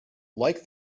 like